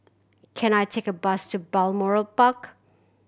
can I take a bus to Balmoral Park